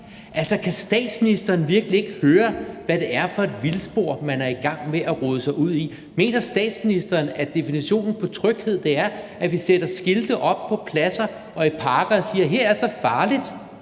Altså, kan statsministeren virkelig ikke høre, hvad det er for et vildspor, man er i gang med at rode sig ud på? Mener statsministeren, at definitionen på tryghed er, at vi sætter skilte op på pladser og i parker og siger, at her er så farligt,